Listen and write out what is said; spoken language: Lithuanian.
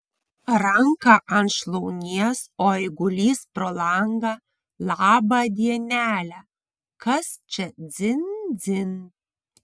ranką ant šlaunies o eigulys pro langą labą dienelę kas čia dzin dzin